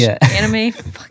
anime